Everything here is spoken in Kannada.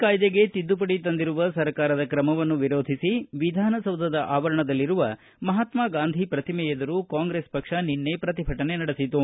ಕಾಯ್ದೆಗೆ ತಿದ್ದುಪಡಿ ತಂದಿರುವ ಸರ್ಕಾರದ ಕ್ರಮವನ್ನು ವಿರೋಧಿಸಿ ವಿಧಾನಸೌಧದ ಆವರಣದಲ್ಲಿರುವ ಮಹಾತ್ಮಾಗಾಂಧಿ ಪ್ರತಿಮೆ ಎದುರು ಕಾಂಗ್ರೆಸ್ ನಿನ್ನೆ ಪ್ರತಿಭಟನೆ ನಡೆಸಿತು